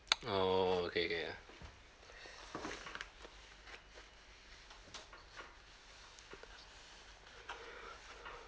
oh okay okay ya